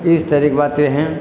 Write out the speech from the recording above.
इस तरह की बातें हैं